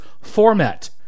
format